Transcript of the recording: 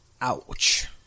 Ouch